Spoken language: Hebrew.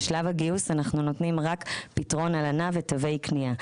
בשלב הגיוס אנחנו נותנים רק פתרון הלנה ותווי קנייה.